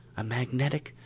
a magnetic,